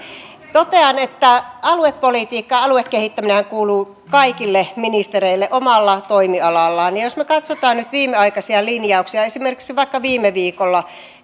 totean että aluepolitiikka aluekehittäminenhän kuuluu kaikille ministereille omalla toimialallaan jos me katsomme nyt viimeaikaisia linjauksia esimerkiksi vaikka viime viikolla